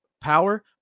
power